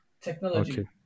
technology